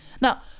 Now